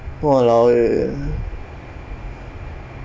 !walao! eh